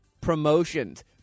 promotions